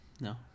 No